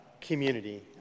community